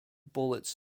bullets